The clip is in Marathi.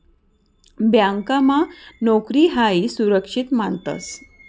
ब्यांकमा नोकरी हायी सुरक्षित मानतंस